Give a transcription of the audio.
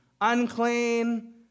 unclean